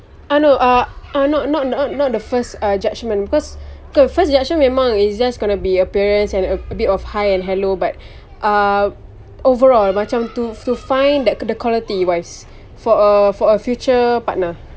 uh no err not not not the first uh judgement because because first judgement memang is just gonna be appearance and a bit of hi and hello but uh overall macam to to find that the quality wise for a for a future partner